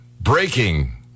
breaking